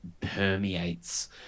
permeates